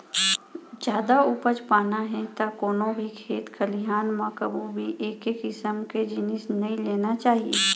जादा उपज पाना हे त कोनो भी खेत खलिहान म कभू भी एके किसम के जिनिस नइ लेना चाही